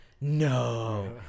no